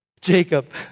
Jacob